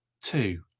two